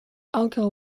auto